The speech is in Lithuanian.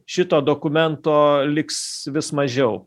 šito dokumento liks vis mažiau